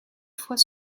fois